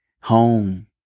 Home